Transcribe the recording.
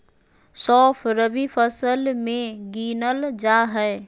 सौंफ रबी फसल मे गिनल जा हय